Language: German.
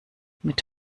mit